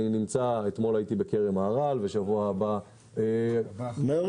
אתמול הייתי בכרם מהר"ל ובשבוע הבא --- מרגי,